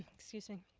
excuse me.